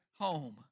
home